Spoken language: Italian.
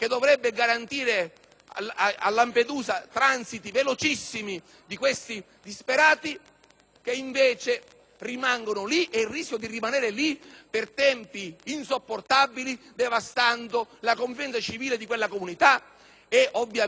che invece rimangono lì e rischiano di rimanerci per tempi insopportabili, devastando la convivenza civile di quella comunità e ovviamente anche le sue prospettive economiche. [**Presidenza della vice